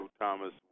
Thomas